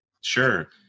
Sure